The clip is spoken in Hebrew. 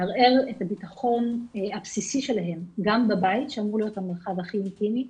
מערער את הביטחון הבסיסי שלהם גם בבית שאמור להיות המרחב הכי אינטימי,